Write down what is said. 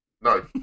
No